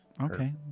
Okay